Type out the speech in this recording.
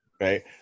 Right